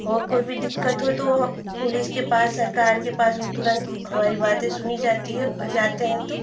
हो कोई भी दिक्कत हो तो वह वहाँ पुलिस के पास सरकार के पास वह तुरन्त हमारी बातें सुनी जाती हैं और जाते हैं तो